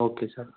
okay sir